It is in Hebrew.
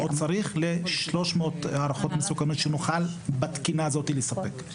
צריך ל-300 הערכות מסוכנות שנוכל בתקינה הזאת לספק.